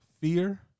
fear